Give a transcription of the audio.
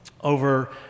over